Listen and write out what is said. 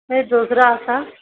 এই